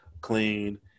clean